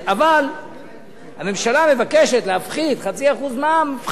אבל הממשלה מבקשת להפחית 0.5% מע"מ, הפחתנו.